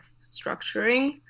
structuring